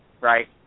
right